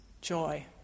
joy